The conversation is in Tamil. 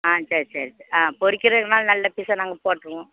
ஆ சரி சரி ஆ பொரிக்கிறக்கனாலும் நல்ல பீஸாக நாங்கள் போட்டுருவோம்